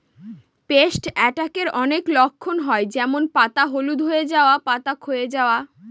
paste অ্যাটাকের অনেক লক্ষণ হয় যেমন পাতা হলুদ হয়ে যাওয়া, পাতা ক্ষয়ে যাওয়া